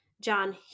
John